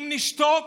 אם נשתוק